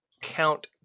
count